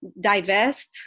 divest